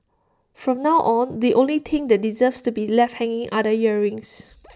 from now on the only thing that deserves to be left hanging are the earrings